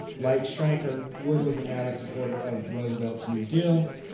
like stryker, wood was an avid supporter of roosevelt's new deal,